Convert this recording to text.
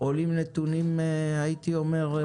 עולים נתונים מקוממים.